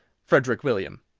frederick william.